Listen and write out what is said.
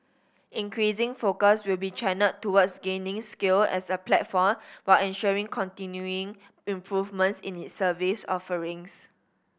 increasing focus will be channelled towards gaining scale as a platform while ensuring continuing improvements in its service offerings